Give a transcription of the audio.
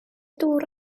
dŵr